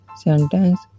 Sentence